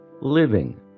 living